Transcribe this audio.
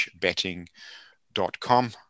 betting.com